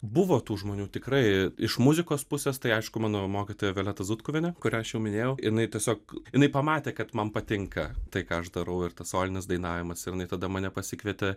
buvo tų žmonių tikrai iš muzikos pusės tai aišku mano mokytoja violeta zutkuvienė kurią aš jau minėjau jinai tiesiog jinai pamatė kad man patinka tai ką aš darau ir tas solinis dainavimas ir jinai tada mane pasikvietė